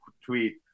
Tweet